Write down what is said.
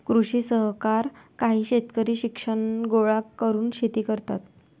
कृषी सहकार काही शेतकरी शिक्षण गोळा करून शेती करतात